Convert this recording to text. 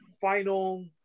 final